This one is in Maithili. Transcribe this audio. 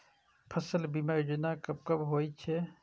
फसल बीमा योजना कब कब होय छै?